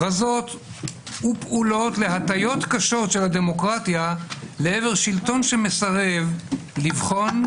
הכרזות ופעולות להטיות קשות של הדמוקרטיה לעבר שלטון שמסרב לבחון,